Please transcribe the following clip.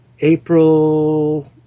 April